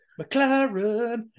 McLaren